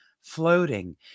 floating